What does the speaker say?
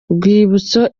rwibutso